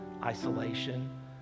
isolation